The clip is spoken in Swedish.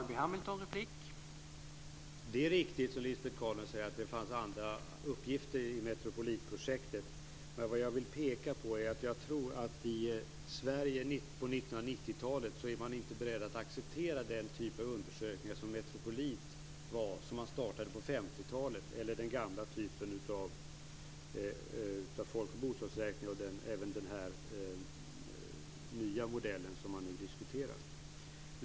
Herr talman! Det är riktigt som Lisbet Calner säger att det fanns andra uppgifter i Metropolitprojektet. Men vad jag vill peka på är att jag tror att man i Sverige på 1990-talet inte är beredd att acceptera den typ av undersökningar som Metropolit var - den startades på 50-talet - och inte heller den gamla typen av folkoch bostadsräkningar eller den nya modell som man nu diskuterar.